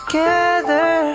Together